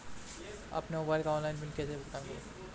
अपने मोबाइल का online bill कैसे भुगतान करूं?